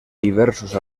diversos